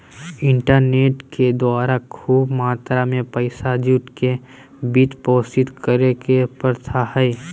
internet के द्वारा खूब मात्रा में पैसा जुटा के वित्त पोषित करे के प्रथा हइ